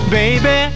baby